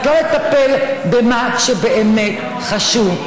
רק לא לטפל במה שבאמת חשוב,